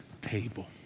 table